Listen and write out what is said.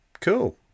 cool